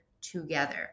together